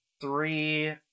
three